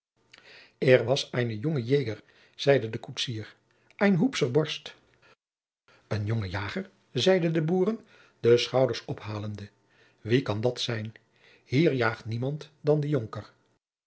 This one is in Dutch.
er was ein junge jäger zeide de koetsier ein hupscher borst een jonge jager zeiden de boeren de schouders ophalende wie kan dat zijn hier jaagt niemand dan de jonker